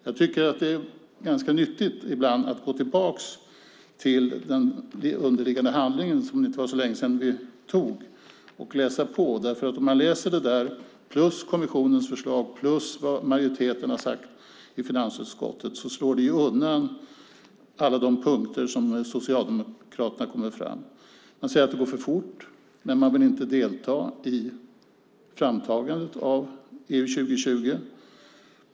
Jag tycker att det ibland är ganska nyttigt att gå tillbaka till den underliggande handlingen, och det var inte så länge sedan vi antog den, och läsa på. Om man läser detta, kommissionens förslag och vad majoriteten i finansutskottet har sagt slår det undan alla de punkter som Socialdemokraterna kommer med. Man säger att det går för fort, men man vill inte delta i framtagandet av EU 2020.